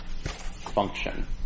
function